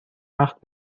وقت